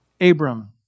Abram